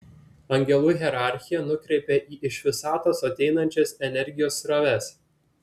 angelų hierarchija nukreipia į iš visatos ateinančias energijos sroves